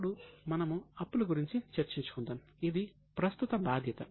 ఇప్పుడు మనము అప్పుల గురించి చర్చించుకుందాం ఇది ప్రస్తుత బాధ్యత